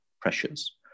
pressures